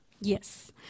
yes